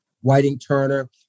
Whiting-Turner